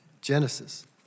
Genesis